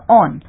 on